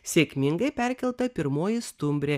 sėkmingai perkelta pirmoji stumbrė